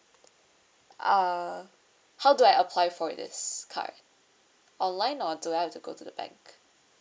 uh how do I apply for this card online or do I have to go to the bank